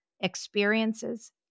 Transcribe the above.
experiences